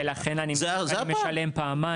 ולכן אני --- משלם פעמיים.